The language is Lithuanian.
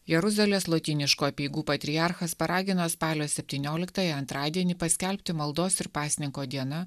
jeruzalės lotyniškų apeigų patriarchas paragino spalio septynioliktąją antradienį paskelbti maldos ir pasninko diena